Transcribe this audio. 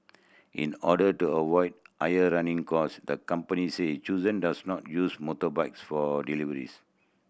in order to avoid air running cost the company say does not use motorbikes for deliveries